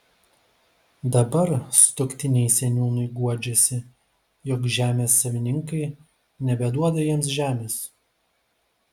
dabar sutuoktiniai seniūnui guodžiasi jog žemės savininkai nebeduoda jiems žemės